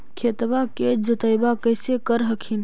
खेतबा के जोतय्बा कैसे कर हखिन?